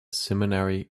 seminary